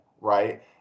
right